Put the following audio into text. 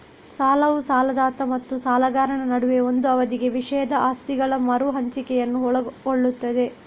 ಸಾಲವು ಸಾಲದಾತ ಮತ್ತು ಸಾಲಗಾರನ ನಡುವೆ ಒಂದು ಅವಧಿಗೆ ವಿಷಯದ ಆಸ್ತಿಗಳ ಮರು ಹಂಚಿಕೆಯನ್ನು ಒಳಗೊಳ್ಳುತ್ತದೆ